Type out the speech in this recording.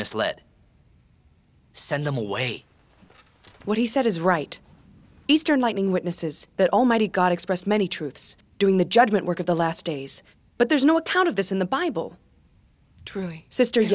misled send them away what he said is right eastern lightning witnesses that almighty god expressed many truths doing the judgment work of the last days but there's no account of this in the bible truly sister